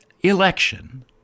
election